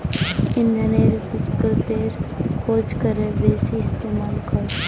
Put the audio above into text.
इंधनेर विकल्पेर खोज करे बेसी इस्तेमाल कर